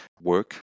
work